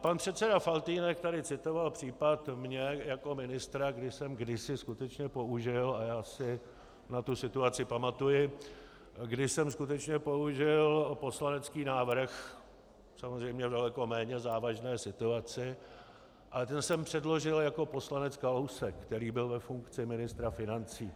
Pan předseda Faltýnek tady citoval případ mě jako ministra, kdy jsem kdysi skutečně použil, a já si na tu situaci pamatuji, poslanecký návrh, samozřejmě v daleko méně závažné situaci, a ten jsem předložil jako poslanec Kalousek, který byl ve funkci ministra financí.